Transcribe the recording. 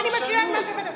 אני מקריאה את מה שהשופט אמר.